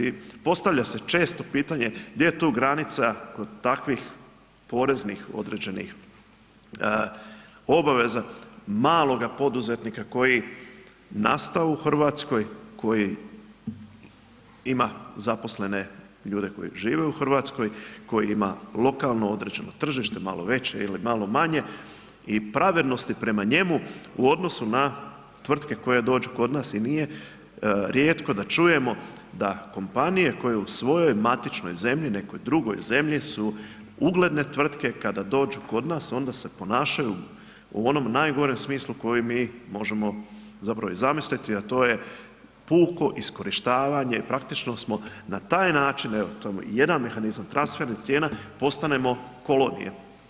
I postavlja se često pitanje gdje je tu granica kod takvih poreznih određenih obaveza maloga poduzetnika koji je nastao u RH, koji ima zaposlene ljude koji žive u RH, koji ima lokalno određeno tržište, malo veće ili malo manje i pravednosti prema njemu u odnosu na tvrtke koje dođu kod nas i nije rijetko da čujemo da kompanije koje u svojoj matičnoj zemlji, nekoj drugoj zemlji, su ugledne tvrtke, kada dođu kod nas onda se ponašaju u onom najgorem smislu koji mi možemo zapravo i zamisliti, a to je puko iskorištavanje, praktično smo na taj način evo jedan mehanizam, transfer i cijena postanemo kolonije.